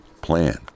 plan